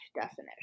definition